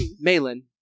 Malin